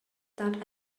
that